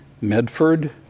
Medford